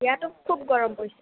ইয়াতো খুব গৰম পৰিছে